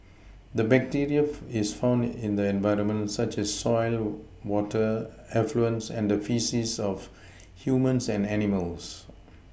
the bacteria is found in the environment such as soil water effluents and the faeces of humans and animals